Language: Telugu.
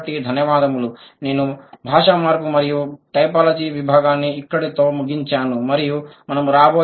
కాబట్టి ధన్యవాదాలు నేను భాష మార్పు మరియు టైపోలాజీ విభాగాన్ని ఇక్కడతో ముగించాను మరియు మనము రాబోయే రోజుల్లో కొత్త విభాగానికి మారతాము